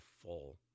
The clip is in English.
full